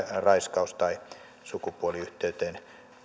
raiskaus tai sukupuoliyhteyteen